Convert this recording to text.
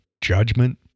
judgment